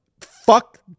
fuck